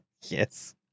Yes